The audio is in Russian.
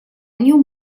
нем